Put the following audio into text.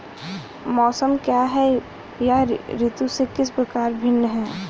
मौसम क्या है यह ऋतु से किस प्रकार भिन्न है?